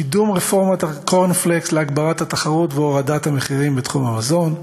קידום רפורמת הקורנפלקס להגברת התחרות והורדת המחירים בתחום המזון,